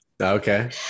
Okay